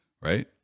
Right